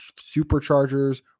superchargers